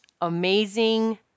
amazing